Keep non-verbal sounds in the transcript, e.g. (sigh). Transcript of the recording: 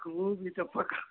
(unintelligible) भी तो पकड़